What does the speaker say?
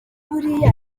buriya